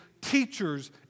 teachers